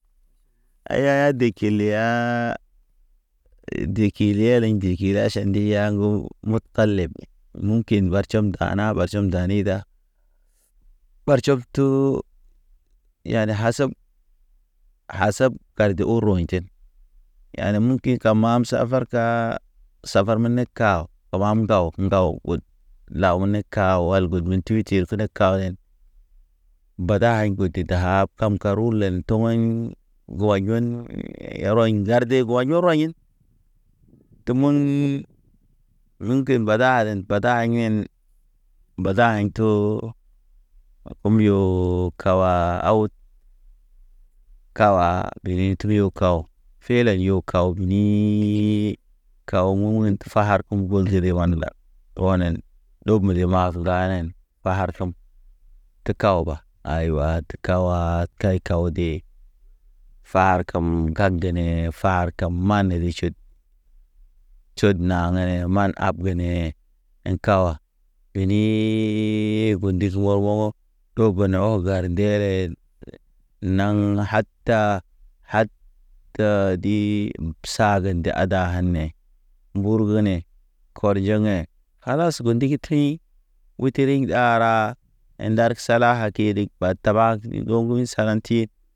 A yaya de kil ya, de kil yaya aʃan nde ya ŋgo mud kaleb. Mun kin ɓartʃɔm dana ɓartʃom dani da. Ɓartʃob tu yane ha sɔb ha sab gar de u rɔɲten. Yani muki kamam safar ka, safar mən ne ka, komam ŋgaw-ŋgaw. Law ne ka wal gud wunti tir ne kaw yen, bada aɲ gode dahaab kam karulen toweɲ. Gɔɲ jɔɲ rɔɲ ŋgarde gɔɲin rɔɲin. Temən, renkeŋ bada aden bada aɲen bada aɲ to, kum yo kawa aw wud. Kawa bin yo turi yo kaw, fila yo kaw bini. Kaw wu wunt far kum gol dede wan la, ɗɔnen ɗob nde mas danen, barkem. Te kawba aywa te kaw wa kay kaw de. Far kem kag dene far kem mane reʃit, tʃot na ge ne man ab ge ne ḭka wa. Bini gu ndis ɔr wɔgɔ togo na oo gardere. Naŋ hata hat, Te di, bəsa de ada nee. Mbur ge ne, kɔr jeŋ yḛ, kals gu ndigi tḭ, guteriŋ ɗara, indark sala a kiye bad.